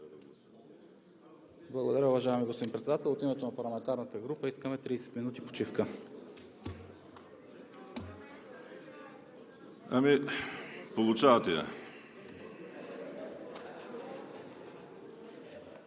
Благодаря, уважаеми господин Председател. От името на парламентарната група искаме 30 минути почивка. (Реплики от